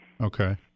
Okay